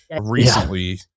Recently